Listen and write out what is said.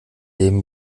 leben